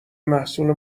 محصول